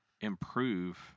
improve